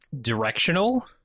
directional